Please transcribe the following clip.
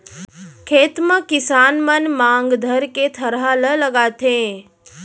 खेत म किसान मन मांग धरके थरहा ल लगाथें